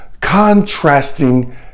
contrasting